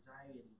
anxiety